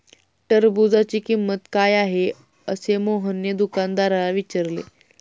टरबूजाची किंमत काय आहे असे मोहनने दुकानदाराला विचारले?